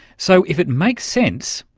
so if it makes sense,